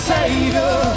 Savior